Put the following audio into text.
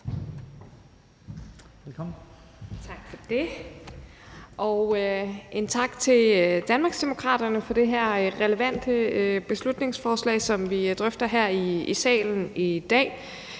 Paulin (S): Tak for det, og en tak til Danmarksdemokraterne for det her relevante beslutningsforslag, som vi drøfter her i salen i dag.